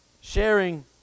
Sharing